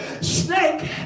Snake